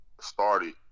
started